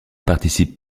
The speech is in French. participe